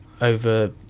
over